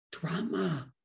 Drama